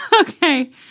Okay